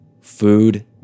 food